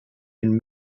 been